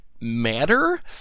matter